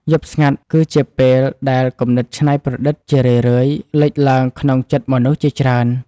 យប់ស្ងាត់គឺជាពេលដែលគំនិតច្នៃប្រឌិតជារឿយៗលេចឡើងក្នុងចិត្តមនុស្សជាច្រើន។